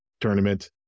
tournament